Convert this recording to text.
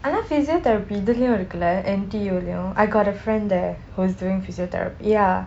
ஆனால்:aanaal physiotherapy இதிலேயும் இருக்கு லே:ithileiyum irukku lei N_T_U you know I got a friend there who's doing physiotherapy ya